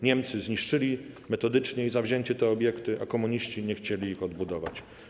Niemcy zniszczyli - metodycznie i zawzięcie - te obiekty, a komuniści nie chcieli ich odbudować.